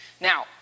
Now